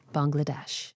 Bangladesh